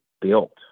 built